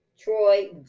Troy